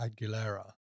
Aguilera